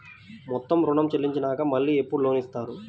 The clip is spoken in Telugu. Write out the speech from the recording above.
మొత్తం ఋణం చెల్లించినాక మళ్ళీ ఎప్పుడు లోన్ ఇస్తారు?